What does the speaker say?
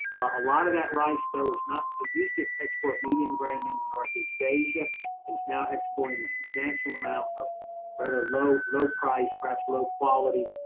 a lot of that rice though, is not it used to export medium grain into northeast asia, it is now exporting a substantial amount of rather low, low-price, perhaps low-quality,